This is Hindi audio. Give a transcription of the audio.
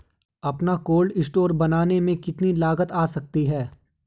अपना कोल्ड स्टोर बनाने में कितनी लागत आ जाती है?